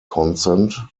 consent